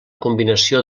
combinació